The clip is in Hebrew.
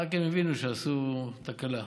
אחר כך הבינו שעשו תקלה.